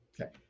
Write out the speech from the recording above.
okay